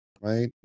right